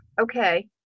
okay